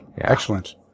Excellent